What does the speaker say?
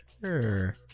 Sure